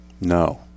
No